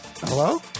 Hello